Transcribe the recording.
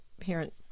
parent